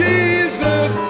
Jesus